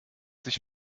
sich